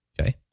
Okay